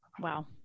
Wow